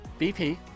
BP